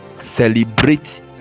celebrate